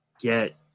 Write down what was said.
get